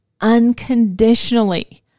unconditionally